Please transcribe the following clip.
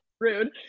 rude